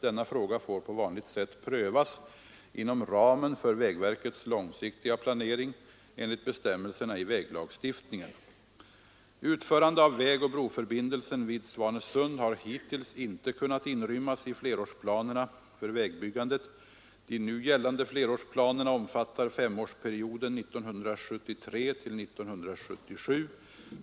Denna fråga får på vanligt sätt prövas inom ramen för vägverkets långsiktiga planering enligt bestämmelserna i väglagstiftningen. Utförande av vägoch broförbindelsen vid Svanesund har hittills inte kunnat inrymmas i flerårsplanerna för vägbyggandet. De nu gällande flerårsplanerna omfattar femårsperioden 1973—1977.